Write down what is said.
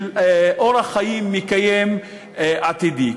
של אורח חיים מקיים עתידי.